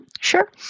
Sure